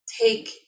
take